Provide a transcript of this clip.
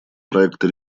проекта